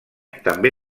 també